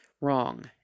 wrong